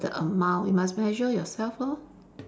the amount you must measure yourself lor